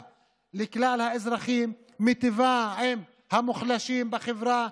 לכלל האזרחים המיטיבה עם המוחלשים בחברה,